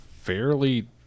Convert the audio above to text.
fairly